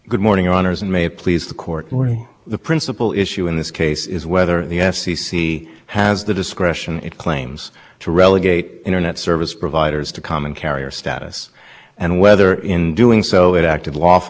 good morning honors and may please the court the principal issue in this case is whether the f c c has the discretion it claims to relegate internet service providers to common carrier status and whether in doing so it acted lawfully under